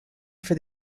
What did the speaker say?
for